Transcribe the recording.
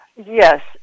Yes